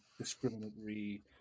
discriminatory